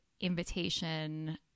invitation